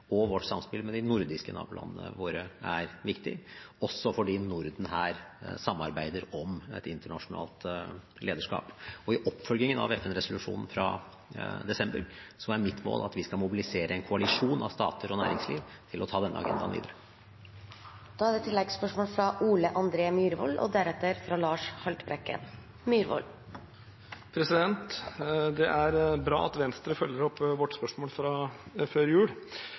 og vårt samspill med de nordiske nabolandene våre er viktig, også fordi Norden her samarbeider om et internasjonalt lederskap. I oppfølgingen av FN-resolusjonen fra desember er mitt mål at vi skal mobilisere en koalisjon av stater og næringsliv til å ta denne agendaen videre. Ole André Myhrvold – til oppfølgingsspørsmål. Det er bra at Venstre følger opp vårt spørsmål fra før jul